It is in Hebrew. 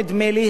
נדמה לי,